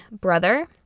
brother